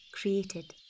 created